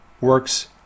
works